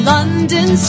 London